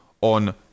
on